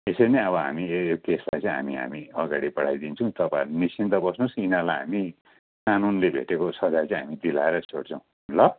त्यसेरी नै हामी यो यो केसलाई चाहिँ हामी हामी अगाडि बढाइदिन्छौँ तपाईँहरू निश्चिन्त बस्नुहोस् यिनीहरूलाई हामी कानुनले भेटोको सजाय चाहिँ हामी दिलाएरै छोड्छौँ ल